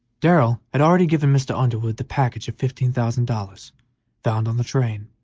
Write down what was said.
darrell had already given mr. underwood the package of fifteen thousand dollars found on the train,